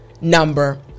number